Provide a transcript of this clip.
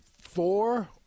four –